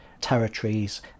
territories